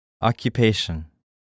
Occupation